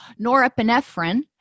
norepinephrine